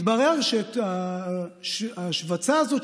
התברר שההשווצה הזאת,